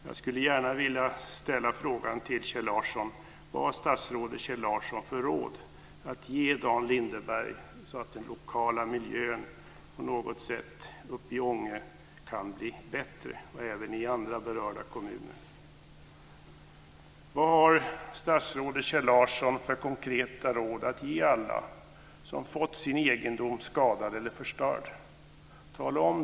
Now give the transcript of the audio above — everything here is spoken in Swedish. Dan Lindeberg så att den lokala miljön uppe i Ånge på något sätt kan bli bättre? Det gäller även andra berörda kommuner. Tala om det, Kjell Larsson!